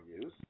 use